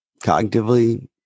cognitively